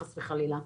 חס וחלילה.